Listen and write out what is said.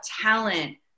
talent